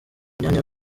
myanya